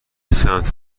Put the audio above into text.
سمت